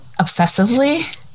obsessively